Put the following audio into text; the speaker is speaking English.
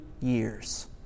years